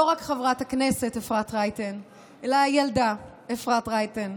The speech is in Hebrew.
לא רק חברת הכנסת אפרת רייטן אלא הילדה אפרת רייטן,